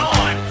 on